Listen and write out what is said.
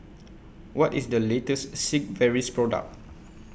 What IS The latest Sigvaris Product